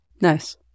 Nice